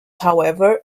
however